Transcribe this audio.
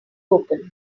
open